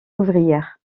ouvrière